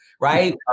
right